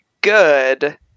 good